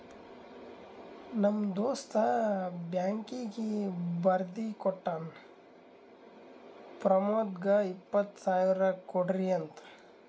ನಮ್ ದೋಸ್ತ ಬ್ಯಾಂಕೀಗಿ ಬರ್ದಿ ಕೋಟ್ಟಾನ್ ಪ್ರಮೋದ್ಗ ಇಪ್ಪತ್ ಸಾವಿರ ಕೊಡ್ರಿ ಅಂತ್